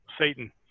Satan